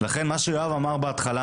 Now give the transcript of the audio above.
לכן מה שיאב אמר בהתחלה,